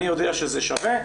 אני יודע שזה שווה,